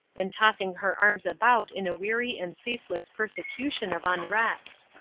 and tossing her arms about in a weary and ceaseless persecution of unrest.